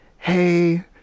Hey